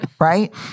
Right